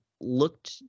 looked—